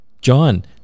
john